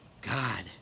God